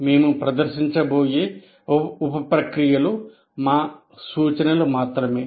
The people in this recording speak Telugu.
మేము ప్రదర్శించబోయే ఉప ప్రక్రియలు మా సూచనలు మాత్రమే